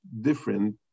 different